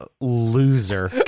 loser